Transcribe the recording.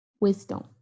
wisdom